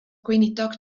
gweinidog